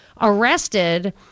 arrested